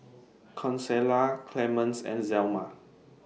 Consuela Clemence and Zelma